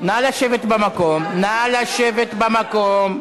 נא לשבת במקום.